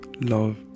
love